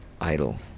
idol